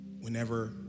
Whenever